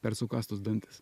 per sukąstus dantis